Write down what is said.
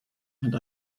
and